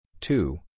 two